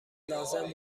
لازم